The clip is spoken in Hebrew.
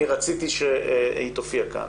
אני רציתי שהיא תופיע כאן.